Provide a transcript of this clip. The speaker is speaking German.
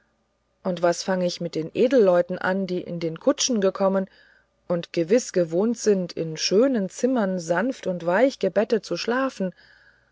und was fange ich mit den edelleuten an die in den kutschen gekommen und gewiß gewohnt sind in schönen zimmern sanft und weich gebettet zu schlafen